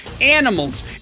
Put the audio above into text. animals